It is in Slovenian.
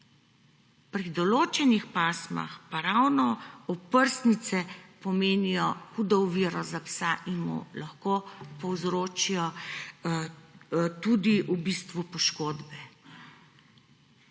Pri določenih pasmah pa ravno oprsnice pomenijo hudo oviro za psa in mu lahko povzročijo tudi v bistvu poškodbe.